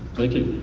thank you